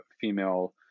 female